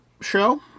show